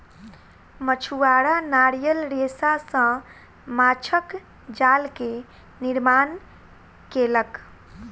मछुआरा नारियल रेशा सॅ माँछक जाल के निर्माण केलक